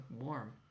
warm